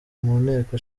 nteko